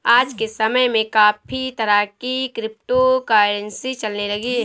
आज के समय में काफी तरह की क्रिप्टो करंसी चलने लगी है